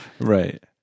Right